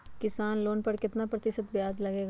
किसान लोन लेने पर कितना प्रतिशत ब्याज लगेगा?